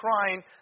crying